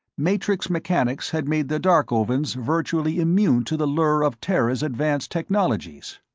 matrix mechanics had made the darkovans virtually immune to the lure of terra's advanced technologies.